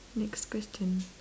next question